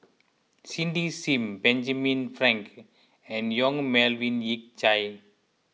Cindy Sim Benjamin Frank and Yong Melvin Yik Chye